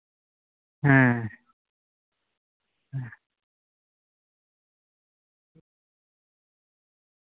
ᱦᱮᱸ